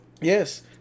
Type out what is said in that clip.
Yes